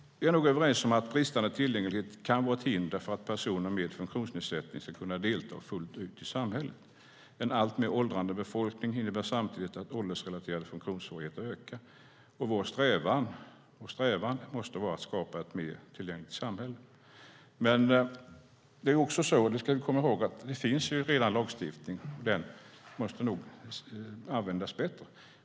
Vi är nog överens om att bristande tillgänglighet kan vara ett hinder för att personer med funktionsnedsättning ska kunna delta fullt ut i samhället. En alltmer åldrande befolkning innebär samtidigt att åldersrelaterade funktionssvårigheter ökar. Vår strävan måste vara att skapa ett mer tillgängligt samhälle. Men det är också så, och det ska vi komma ihåg, att det redan finns lagstiftning, och den måste nog användas bättre.